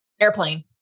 Airplane